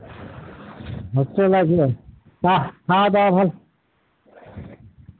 hostel আছে বাহ খাওয়া দাওয়া ভালো